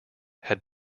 had